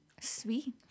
sweet